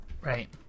Right